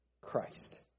Christ